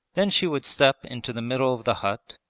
then she would step into the middle of the hut,